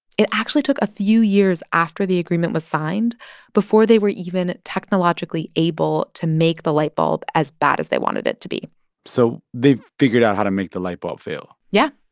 it actually took a few years after the agreement was signed before they were even technologically able to make the light bulb as bad as they wanted it to be so they figured out how to make the light bulb fail yeah,